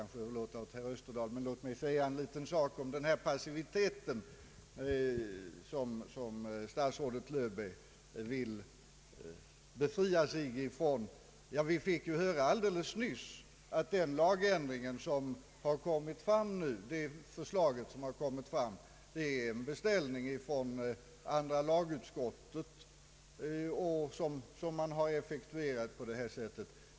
Låt mig också säga ett par ord om den passivitet som statsrådet Löfberg inte ville vidkännas. Ja, vi fick ju alldeles nyss höra att det förslag till lagändring som har kommit är en beställning från andra lagutskottet, som har effektuerats på detta sätt.